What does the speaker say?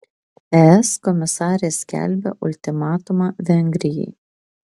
es komisarė skelbia ultimatumą vengrijai